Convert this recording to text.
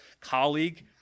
colleague